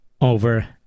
over